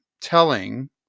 telling